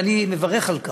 ואני מברך על כך.